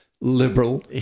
liberal